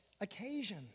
occasion